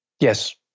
Yes